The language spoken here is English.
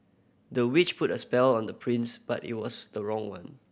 the witch put a spell on the prince but it was the wrong one